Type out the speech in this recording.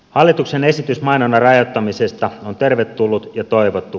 hallituksen esitys mainonnan rajoittamisesta on tervetullut ja toivottu